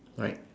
right